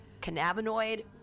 cannabinoid